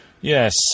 yes